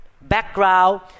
background